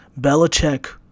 Belichick